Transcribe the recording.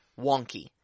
wonky